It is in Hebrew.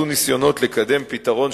"אדם טבע ודין" בכל הקשור לרישום פרוטוקולים,